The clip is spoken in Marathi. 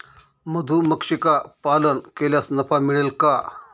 मधुमक्षिका पालन केल्यास नफा मिळेल का?